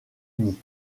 uni